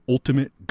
Ultimate